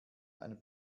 ein